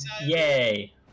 Yay